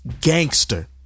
gangster